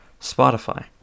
Spotify